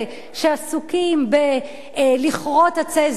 שעסוקים בלכרות עצי זית,